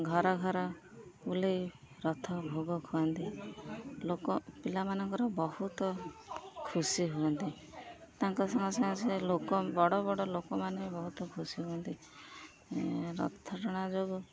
ଘର ଘର ବୁଲି ରଥ ଭୋଗ ଖୁଆନ୍ତି ଲୋକ ପିଲାମାନଙ୍କର ବହୁତ ଖୁସି ହୁଅନ୍ତି ତାଙ୍କ ସାଙ୍ଗେ ସାଙ୍ଗେ ସାଙ୍ଗେ ଲୋକ ବଡ଼ ବଡ଼ ଲୋକମାନେ ବହୁତ ଖୁସି ହୁଅନ୍ତି ରଥଟଣା ଯୋଗୁ